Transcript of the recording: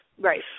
right